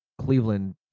Cleveland